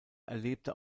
erlebte